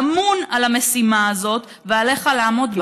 אמון על המשימה הזאת ועליך לעמוד בה.